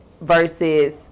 versus